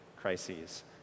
crises